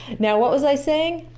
now, what was i saying?